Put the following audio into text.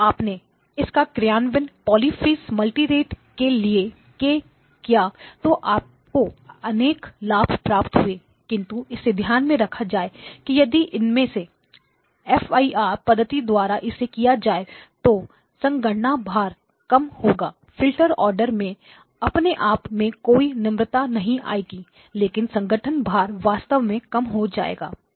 जब आपने इसका क्रियान्वयन पॉलिफेज मल्टीरेट में किया तो आपको अनेक लाभ प्राप्त हुए किंतु इसे ध्यान में रखा जाए कि यदि इसमें आई एफ आई आर पद्धति द्वारा इसे किया जाए तो संगणना भार कम होगा फिल्टर आर्डर में अपने आप में कोई निम्रता नहीं आएगी लेकिन संगठन आभार वास्तव में कम हो जाएगा